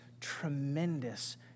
tremendous